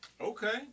Okay